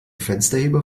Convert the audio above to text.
fensterheber